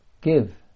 give